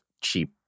cheap